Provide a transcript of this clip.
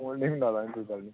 ਉਹ ਨਹੀਂ ਲਾ ਲਾਂਗੇ ਜੀ ਕੋਈ ਗੱਲ ਨਹੀਂ